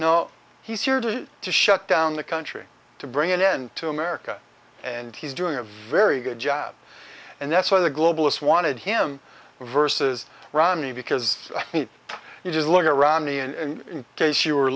know he's here to to shut down the country to bring an end to america and he's doing a very good job and that's why the globalists wanted him versus romney because i think you just look around me and in case you were